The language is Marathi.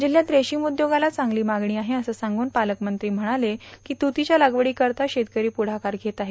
जिल्ह्यात रेशीम उद्योगाला चांगली मागणी आहे असे सांगून पालकमंत्री म्हणाले की तुतीच्या लागवडीकरीता शेतकरी पुढकार घेत आहे